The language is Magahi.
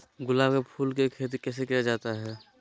गुलाब के फूल की खेत कैसे किया जाता है?